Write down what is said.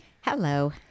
Hello